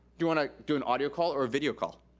you wanna do an audio call or a video call?